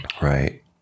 Right